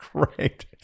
great